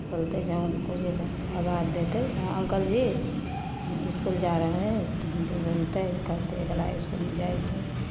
बोलतै जँ कोइ जे आवाज देतै हँ अंकलजी हम इसकुल जा रहे हैं हिंदी बोलतै कहतै जरा इसकुल जाइ छै